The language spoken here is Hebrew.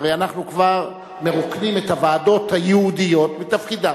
הרי אנחנו כבר מרוקנים את הוועדות הייעודיות מתפקידן.